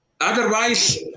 Otherwise